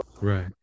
Right